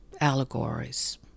allegories